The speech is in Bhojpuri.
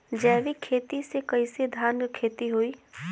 जैविक खेती से कईसे धान क खेती होई?